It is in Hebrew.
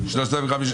4 בעד,